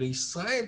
לישראל,